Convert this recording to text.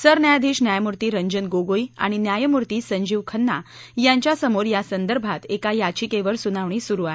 सरन्यायाधीश न्यायमुर्ती रंजन गोगोई आणि न्यायमूर्ती संजीव खन्ना यांच्यासमोर यासंदर्भात एका याचिकेवर सुनावणी सुरु आहे